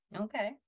Okay